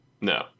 no